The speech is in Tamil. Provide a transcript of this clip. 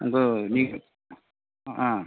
உங்கள் நீங்கள் ஆ